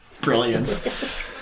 brilliance